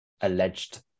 alleged